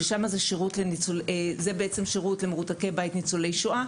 ששם זה בעצם שירות שהוא למרותקי בית שהם ניצולי שואה.